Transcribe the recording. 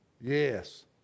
Yes